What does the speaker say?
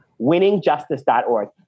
Winningjustice.org